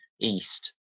east